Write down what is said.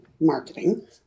marketing